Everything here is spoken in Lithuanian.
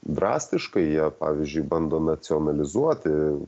drastiškai jie pavyzdžiui bando nacionalizuoti